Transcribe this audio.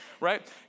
Right